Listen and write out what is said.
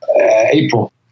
april